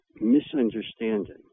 misunderstanding